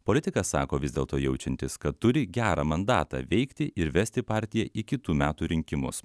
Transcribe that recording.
politikas sako vis dėlto jaučiantis kad turi gerą mandatą veikti ir vesti partiją į kitų metų rinkimus